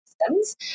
systems